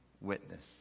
witness